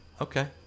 Okay